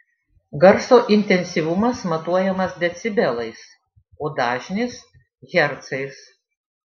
garso intensyvumas matuojamas decibelais o dažnis hercais